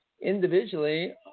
individually